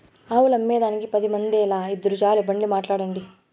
ఆవులమ్మేదానికి పది మందేల, ఇద్దురు చాలు బండి మాట్లాడండి